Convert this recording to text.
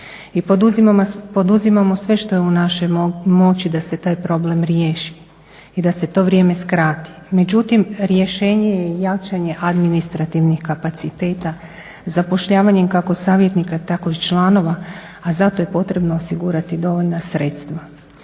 i poduzimamo sve što je u našoj moći da se taj problem riješi i da se to vrijeme skrati. Međutim, rješenje je jačanje administrativnih kapaciteta zapošljavanjem kako savjetnika tako i članova, a za to je potrebno osigurati dovoljna sredstva.